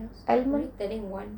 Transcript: alman